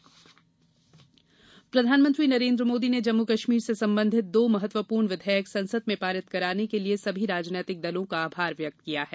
मोदी आभार प्रधानमंत्री नरेन्द्र मोदी ने जम्मू कश्मीर से संबंधित दो महत्वपूर्ण विधेयक संसद में पारित कराने के लिए सभी राजनीतिक दलों का आभार व्यक्त किया है